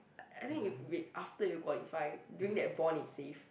I think if wait after you qualify during that bond it's safe